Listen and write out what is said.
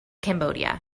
cambodia